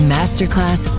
Masterclass